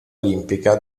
olimpica